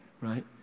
right